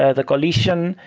ah the collision.